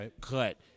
cut